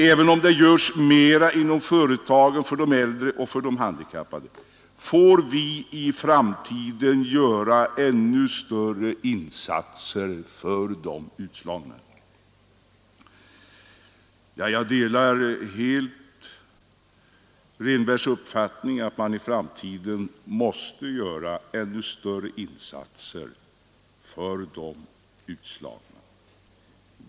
Även om det görs mera inom företagen för de äldre och de handikappade, får vi i framtiden göra ännu större insatser för de utslagna. Jag delar helt Rehnbergs uppfattning, att man i framtiden måste göra ännu större insatser för de utslagna.